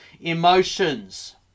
emotions